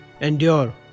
endure